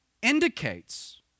indicates